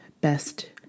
best